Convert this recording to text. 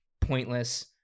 pointless